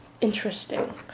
interesting